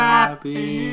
Happy